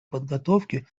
подготовки